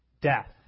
death